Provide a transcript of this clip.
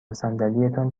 صندلیتان